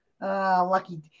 lucky